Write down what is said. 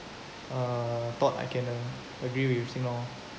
uh thought I can uh agree with